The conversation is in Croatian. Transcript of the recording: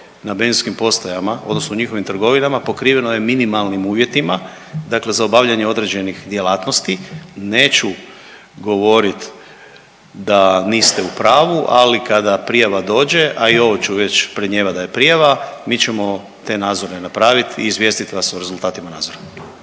na benzinskim postajama, odnosno njihovim trgovinama pokriveno je minimalnim uvjetima, dakle za obavljanje određenih djelatnosti. Neću govoriti da niste u pravu, ali kada prijava dođe, a i ovo ću već predmijevati da je prijava mi ćemo te nadzore napraviti i izvijestit vas o rezultatima nadzora.